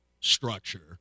structure